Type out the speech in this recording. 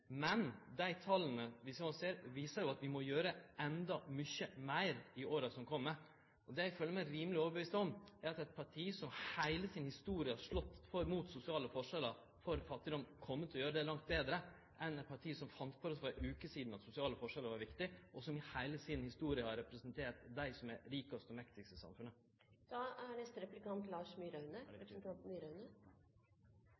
Men dei tala vi no ser, viser at vi må gjere endå mykje meir i åra som kjem. Eg føler meg rimeleg overbevist om at eit parti som i heile si historie har kjempa mot sosiale forskjellar og fattigdom, kjem til å gjere det langt betre enn eit parti som for ei veke sidan fant på at sosiale forskjellar var viktige, og som i heile si historie har representert dei som er dei rikaste og mektigaste i samfunnet. Representanten Solhjell var inne på at det er